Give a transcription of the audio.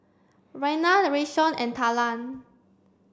Renae Rayshawn and Talan